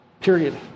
period